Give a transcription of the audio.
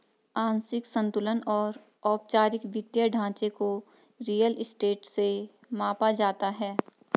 आंशिक संतुलन और औपचारिक वित्तीय ढांचे को रियल स्टेट से मापा जाता है